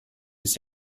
this